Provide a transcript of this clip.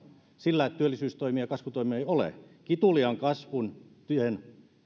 sillä että työllisyystoimia ja kasvutoimia ei ole kituliaan kasvun tien